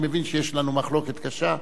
אני מבין שיש לנו מחלוקת קשה.